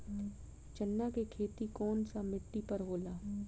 चन्ना के खेती कौन सा मिट्टी पर होला?